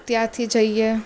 ત્યાંથી જઈએ